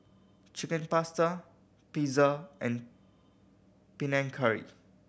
Chicken Pasta Pizza and Panang Curry